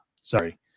Sorry